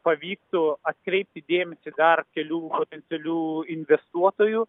pavyktų atkreipti dėmesį dar kelių potencialių investuotojų